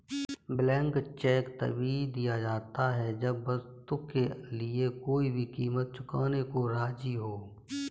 blank cheque तभी दिया जाता है जब वस्तु के लिए कोई भी कीमत चुकाने को राज़ी हो